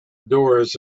doors